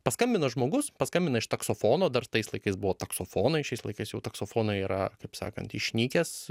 paskambino žmogus paskambina iš taksofono dar tais laikais buvo taksofonai šiais laikais jau taksofonai yra kaip sakant išnykęs